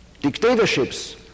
Dictatorships